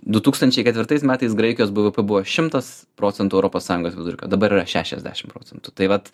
du tūkstančiai ketvirtais metais graikijos bvp buvo šimtas procentų europos sąjungos vidurkio dabar yra šešiasdešimt procentų tai vat